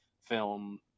film